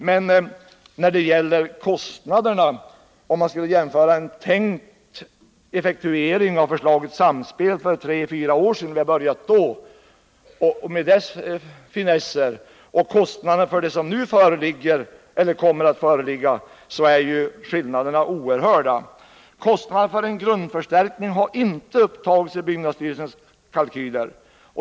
Men om man skulle jämföra kostnaderna nu med de tänkta kostnaderna för en effektuering av förslaget Samspel för tre eller fyra år sedan — om vi hade börjat med det förslaget då — och jämför dess finesser och kostnader med dem som nu föreligger eller kommer att föreligga, så finner man att skillnaderna är oerhörda. Några kostnader för grundförstärkning har inte upptagits i byggnadsstyrelsens kalkyler.